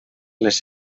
les